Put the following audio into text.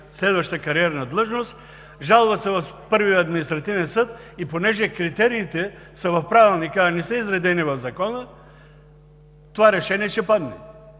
следваща кариерна длъжност, жалва се в първия административен съд и понеже критериите са в Правилника, а не са изредени в Закона, това решение ще падне.